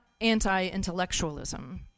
anti-intellectualism